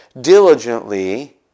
diligently